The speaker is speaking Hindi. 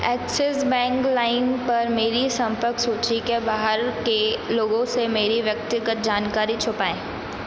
एक्सिस बैंक लाइम पर मेरी सम्पर्क सूची के बाहर के लोगों से मेरी व्यक्तिगत जानकारी छुपाएँ